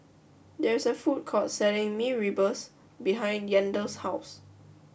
there is a food court selling Mee Rebus behind Yandel's house